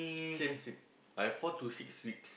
same same I have four to six weeks